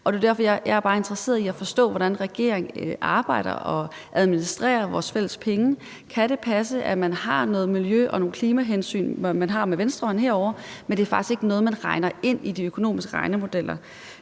Det er derfor, jeg bare er interesseret i at forstå, hvordan regeringen arbejder og administrerer vores fælles penge. Kan det passe, at man har nogle miljø- og klimahensyn på den ene side, men at det faktisk ikke er noget, man regner ind i de økonomiske regnemodeller?